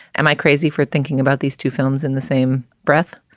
am i crazy for thinking about these two films in the same breath?